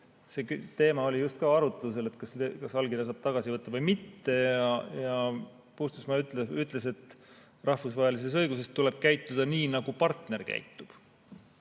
See teema oli ka siin arutlusel, kas allkirja saab tagasi võtta või mitte. Puustusmaa ütles, et rahvusvahelises õiguses tuleb käituda nii, nagu partner käitub.